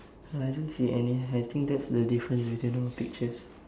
I don't see any I think that's the difference between our pictures